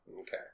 Okay